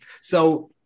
So-